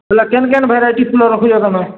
ବେଲେ କେନ୍ କେନ୍ ଭେରାଇଟି ଫୁଲ ରଖିଛ ତୁମେ